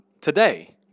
today